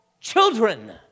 Children